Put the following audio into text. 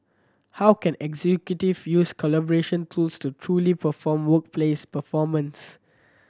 how can executive use collaboration tools to truly perform workplace performance